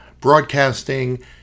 broadcasting